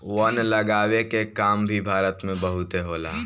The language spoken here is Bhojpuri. वन लगावे के काम भी भारत में बहुते होला